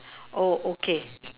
oh okay